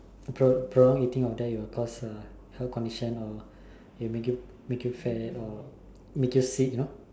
pro~ prolonged eating of that you will cause health condition or it will make you make you fat or make you sick you know